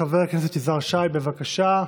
חבר הכנסת יזהר שי, בבקשה.